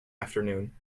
afternoon